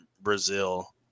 Brazil